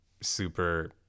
super